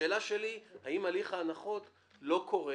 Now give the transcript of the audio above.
השאלה שלי היא אם הליך ההנחות לא קורה